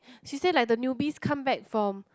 she say like the newbies come back from